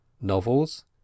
Novels